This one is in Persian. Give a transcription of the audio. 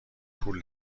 پول